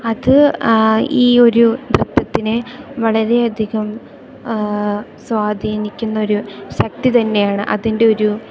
അത് ഈ ഒരു നൃത്തത്തിനെ വളരേയധികം സ്വാധീനിക്കുന്നൊരു ശക്തി തന്നെയാണ് അതിൻറ്റൊരു